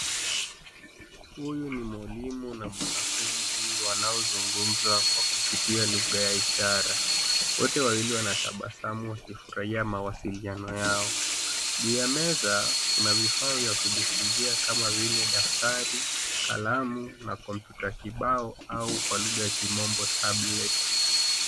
Huyu ni mwalimu na mwanafunzi wanaozungumza kwa kupitia lugha ya ishara. Wote wawili wanatabasamu wakifurahia mawasialiano yao. Juu ya meza kuna vifaa vya kujifunzia kama vile daftari, kalamu na kompyuta kibao au kwa lugha ya kimombo tablet .